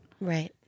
Right